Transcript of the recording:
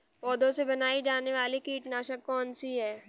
पौधों से बनाई जाने वाली कीटनाशक कौन सी है?